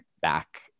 back